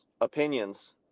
opinions